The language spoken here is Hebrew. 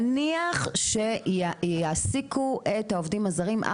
נניח שיעסיקו את העובדים הזרים,